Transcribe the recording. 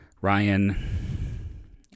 Ryan